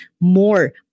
more